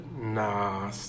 nah